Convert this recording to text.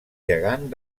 gegant